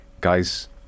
guys